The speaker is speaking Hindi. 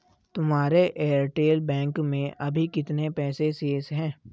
तुम्हारे एयरटेल बैंक में अभी कितने पैसे शेष हैं?